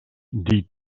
die